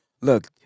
look